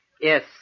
Yes